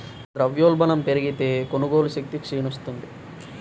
ద్రవ్యోల్బణం పెరిగితే, కొనుగోలు శక్తి క్షీణిస్తుంది